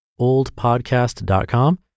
oldpodcast.com